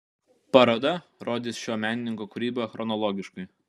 paroda rodys šio menininko kūrybą chronologiškai